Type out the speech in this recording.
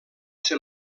ser